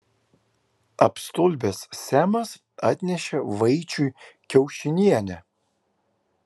apstulbęs semas atnešė vaičiui kiaušinienę